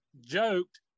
joked